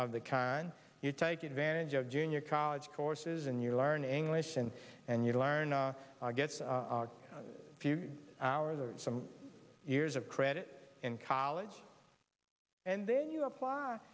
of that kind you take advantage of junior college courses and you learn english and and you learn gets a few hours or some years of credit in college and then you apply